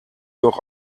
doch